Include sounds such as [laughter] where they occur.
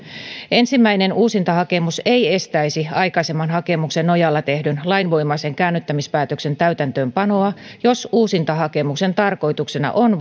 ensimmäinen uusintahakemus ei estäisi aikaisemman hakemuksen nojalla tehdyn lainvoimaisen käännyttämispäätöksen täytäntöönpanoa jos uusintahakemuksen tarkoituksena on [unintelligible]